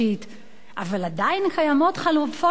אבל עדיין קיימות חלופות להפצצה,